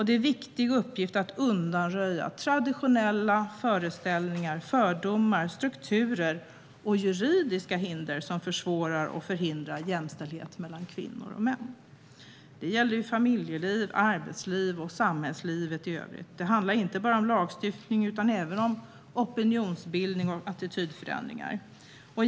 Det är en viktig uppgift att undanröja traditionella föreställningar, fördomar, strukturer och juridiska hinder som försvårar och förhindrar jämställdhet mellan kvinnor och män. Detta gäller familjeliv, arbetsliv och samhällslivet i övrigt. Det handlar inte bara om lagstiftning utan även om opinionsbildning och attitydförändringar.